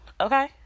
okay